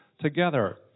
together